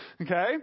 Okay